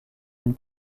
une